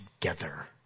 together